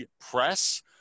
press